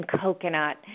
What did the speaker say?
coconut